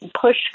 push